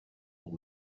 old